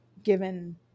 given